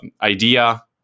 idea